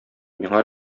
миңа